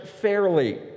fairly